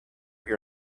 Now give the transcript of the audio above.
your